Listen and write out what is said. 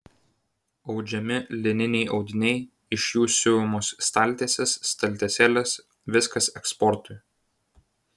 audžiami lininiai audiniai iš jų siuvamos staltiesės staltiesėlės viskas eksportui